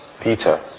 Peter